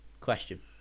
question